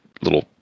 little